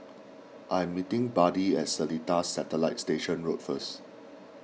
I am meeting Buddy at Seletar Satellite Station Road first